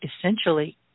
essentially